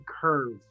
curve